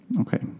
Okay